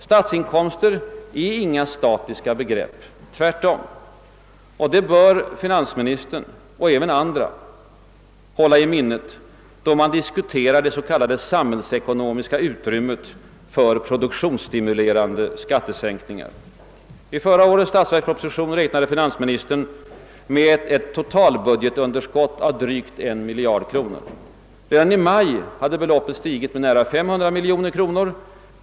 Statsinkomster är inga statiska begrepp — tvärtom — och det bör finansministern och även andra hålla i minnet då man diskuterar det s.k. samhällsekonomiska utrymmet för produktionsstimulerande skattesänkningar. I förra årets statsverksproposition räknade finansministern med ett totalbudgetunderskott på drygt en miljard kronor. Redan i maj hade beloppet stigit med nära 500 miljoner kronor.